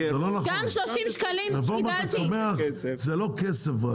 גם ה-20-30 שקלים שקיבלתי --- זה לא נכון,